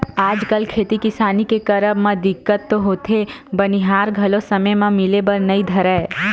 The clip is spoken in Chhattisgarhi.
आजकल खेती किसानी के करब म दिक्कत तो होथे बनिहार घलो समे म मिले बर नइ धरय